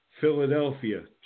Philadelphia